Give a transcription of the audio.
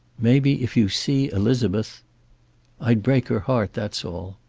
maybe, if you see elizabeth i'd break her heart, that's all.